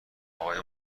آقای